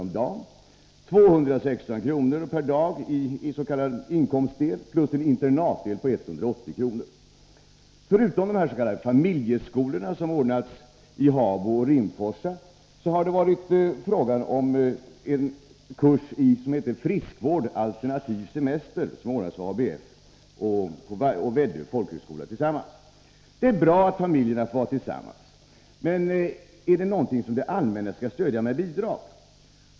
om dagen, uppdelat på en s.k. inkomstdel på 216 kr. per dag plus en internatdel på 180 kr. per dag. Förutom de nämnda s.k. familjeskolorna, som ordnats i Habo och Rimforsa, har det varit fråga om en kurs som hette Friskvård/alternativ semester, som ordnats av ABF tillsammans med Väddö folkhögskola. Det är bra att familjerna får vara tillsammans. Men är detta någonting som det allmänna skall stödja med bidrag?